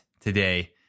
today